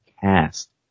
cast